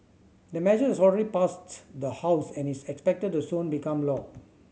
the measure has already passed the House and is expected to soon become law